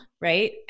right